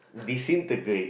they seen the grade